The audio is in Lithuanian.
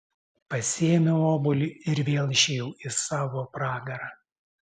pasiėmiau obuolį ir vėl išėjau į savo pragarą